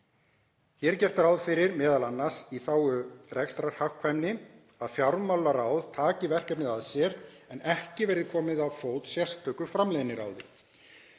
er gert ráð fyrir, m.a. í þágu rekstrarhagkvæmni, að fjármálaráð taki verkefnið að sér en ekki verði komið á fót sérstöku framleiðniráði.